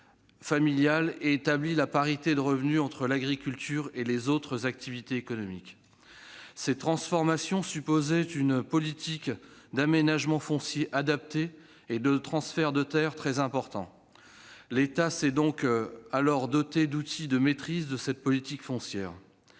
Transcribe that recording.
familiale et établi la parité de revenus entre l'agriculture et les autres activités économiques. Ces transformations supposaient une politique d'aménagement foncier adaptée et des transferts de terres très importants. L'État s'est alors doté d'outils de maîtrise de cette politique foncière.